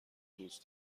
دوست